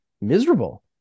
miserable